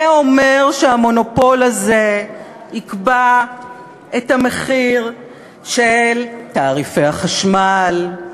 זה אומר שהמונופול הזה יקבע את המחיר של תעריפי החשמל,